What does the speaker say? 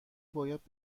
باید